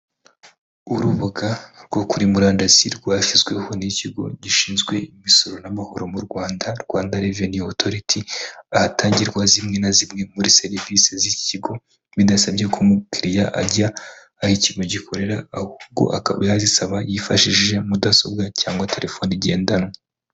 Urubuga rwo kuri murandasi rwashyizweho n'Ikigo gishinzwe Imisoro n'Amahoro mu Rwanda, Rwanda Revenue Authority, ahatangirwa zimwe na zimwe muri serivisi z'iki kigo bidasabye ko umukiriya ajya aho ikigo gikorera, ahubwo akaba yazisaba yifashishije mudasobwa cyangwa telefoni ngendanwa.